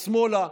או שמאלה,